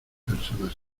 personas